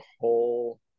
whole